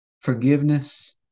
forgiveness